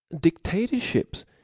Dictatorships